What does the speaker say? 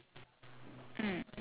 oh true true true